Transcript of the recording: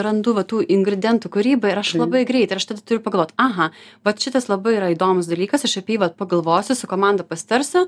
randu va tų ingredientų kūrybai ir aš labai greitai ir aš tada turiu pagalvot aha vat šitas labai yra įdomus dalykas aš apie jį vat pagalvosiu su komanda pasitarsiu